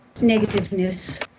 negativeness